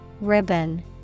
ribbon